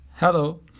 Hello